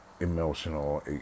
Emotional